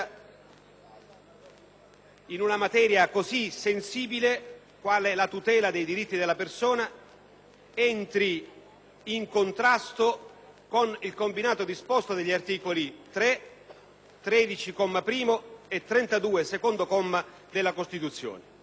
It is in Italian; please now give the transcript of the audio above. in una materia così sensibile qual è la tutela dei diritti della persona, entri in contrasto con il combinato disposto degli articoli 3, 13, primo comma, e 32, secondo